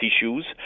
issues